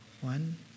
one